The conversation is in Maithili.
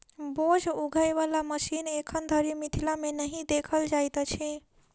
बोझ उघै बला मशीन एखन धरि मिथिला मे नहि देखल जाइत अछि